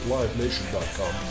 LiveNation.com